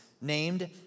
named